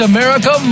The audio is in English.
America